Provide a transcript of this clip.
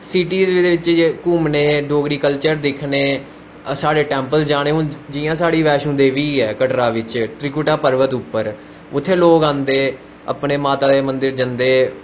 सीटी दे बिच्च घूमने डोगरी कल्चर दिक्खने साढ़े टैंपल जाने हून जियां साढ़ी बैष्णो देवी ऐ कटरा बिच्च त्रिकुटा पर्वत उप्पर उत्थें लोग आंदे माता दे मन्दर आंदे